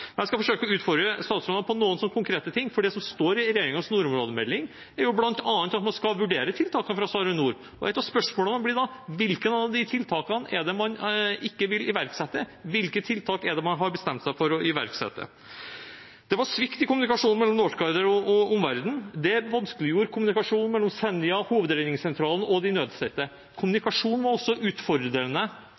Jeg skal forsøke å utfordre statsråden på noen konkrete punkter. Det som står i regjeringens nordområdemelding, er bl.a. at man skal vurdere tiltak fra SARiNOR, og et av spørsmålene blir da: Hvilke av de tiltakene er det man ikke vil iverksette? Hvilke tiltak er det man har bestemt seg for å iverksette? Det var svikt i kommunikasjonen mellom «Northguider» og omverdenen. Det vanskeliggjorde kommunikasjonen mellom «Senja» og Hovedredningssentralen og de nødstedte. Kommunikasjon var også utfordrende